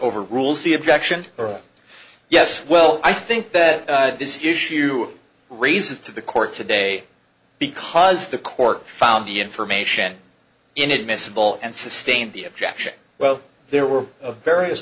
over rules the objection or yes well i think that this issue raises to the court today because the court found the information inadmissible and sustain the objection well there were various